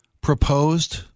proposed